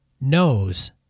knows